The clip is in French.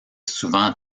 souvent